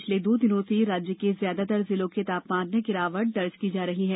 पिछले दो दिनों से राज्य के अधिकांश जिलों के तापमान में गिरावट दर्ज की जा रही है